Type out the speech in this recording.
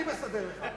אני מסדר לך.